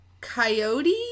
coyote